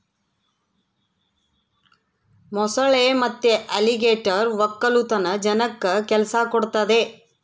ಮೊಸಳೆ ಮತ್ತೆ ಅಲಿಗೇಟರ್ ವಕ್ಕಲತನ ಜನಕ್ಕ ಕೆಲ್ಸ ಕೊಡ್ತದೆ